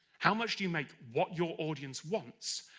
how much do you make what your audience wants?